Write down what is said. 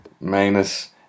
minus